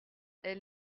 elle